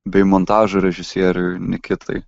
bei montažo režisieriui nikitai